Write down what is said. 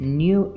new